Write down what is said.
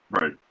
right